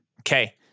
Okay